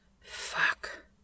Fuck